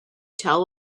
tell